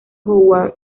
howard